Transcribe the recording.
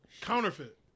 counterfeit